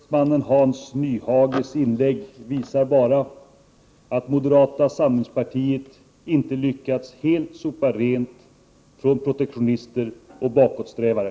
Herr talman! Den moderate riksdagsmannen Hans Nyhages inlägg visar bara att moderata samlingspartiet inte helt lyckats sopa rent från protektionister och bakåtsträvare.